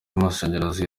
amashanyarazi